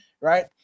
Right